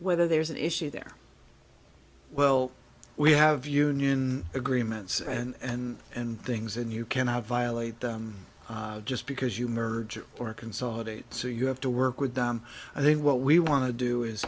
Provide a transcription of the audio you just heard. whether there's an issue there well we have union agreements and and things and you cannot violate them just because you merger or consolidate so you have to work with them i think what we want to do is